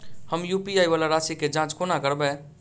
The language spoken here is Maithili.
हम यु.पी.आई वला राशि केँ जाँच कोना करबै?